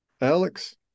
Alex